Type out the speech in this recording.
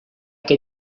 que